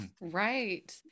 Right